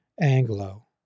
Anglo